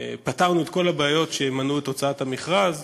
פתרנו את כל הבעיות שמנעו את הוצאת המכרז.